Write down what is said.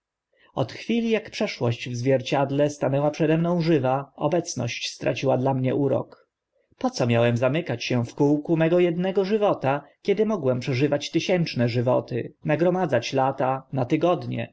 od chwili ak przeszłość w zwierciedle stanęła przede mną żywa obecność stra historia ciła dla mnie urok po co miałem zamykać się w kółku mego ednego żywota kiedy mogłem przeżywać tysiączne żywoty nagromadzać lata na tygodnie